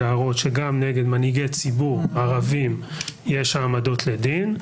להראות שגם נגד מנהיגי ציבור ערבים יש העמדות לדין.